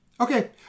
Okay